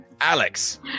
Alex